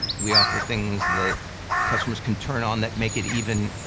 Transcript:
we offer things that customers can turn on that make it even,